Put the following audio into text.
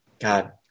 God